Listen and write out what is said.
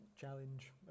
challenge